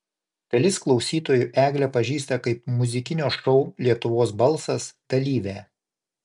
dalis klausytojų eglę pažįsta kaip muzikinio šou lietuvos balsas dalyvę